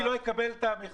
אני לא אקבל את המכסה?